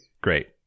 Great